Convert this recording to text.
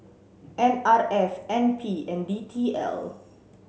N R F N P and D T L